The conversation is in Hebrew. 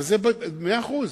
מאה אחוז,